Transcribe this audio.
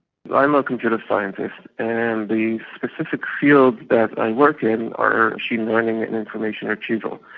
i'm a computer scientist, and the specific fields that i work in are machine learning and information retrieval.